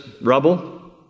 rubble